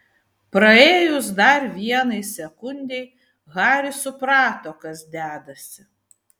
praėjus dar vienai sekundei haris suprato kas dedasi